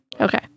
Okay